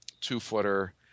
two-footer